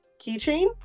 keychain